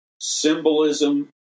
symbolism